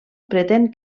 pretén